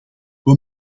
wij